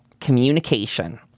communication